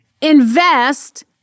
invest